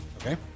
Okay